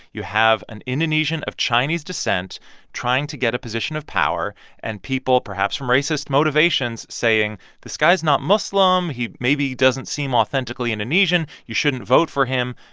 you have an indonesian of chinese descent trying to get a position of power and people perhaps from racist motivations saying this guy's not muslim, maybe he doesn't seem authentically indonesian you shouldn't vote for him.